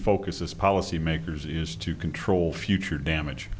focus is policymakers is to control future damage